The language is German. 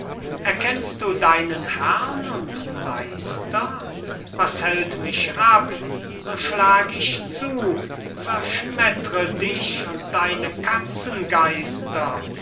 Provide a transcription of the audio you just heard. erkennst du deinen herrn und meister was hält mich ab so schlag ich zu zerschmettre dich und deine